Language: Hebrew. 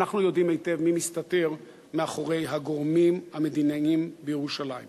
ואנחנו יודעים היטב מי מסתתר מאחורי "הגורמים המדיניים בירושלים".